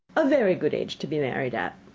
a very good age to be married at.